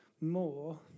more